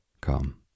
Come